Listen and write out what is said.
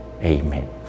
Amen